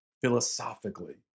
philosophically